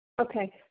Okay